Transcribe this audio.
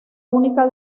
única